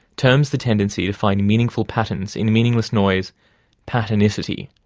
terms the tendency to find meaningful patterns in meaningless noise patternicity.